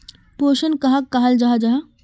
पोषण कहाक कहाल जाहा जाहा?